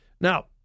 Now